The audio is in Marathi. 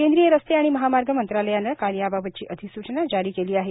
केंद्रिय रस्ते आणि महामार्ग मंत्रालयानं काल याबाबतची अधिसूचना जारी केली आहे